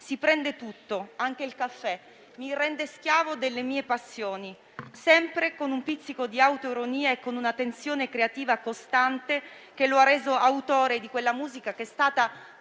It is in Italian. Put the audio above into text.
Si prende tutto, anche il caffè. Mi rende schiavo delle mie passioni». Ha avuto sempre un pizzico di autoironia e una tensione creativa costante, che lo ha reso autore di quella musica che è stata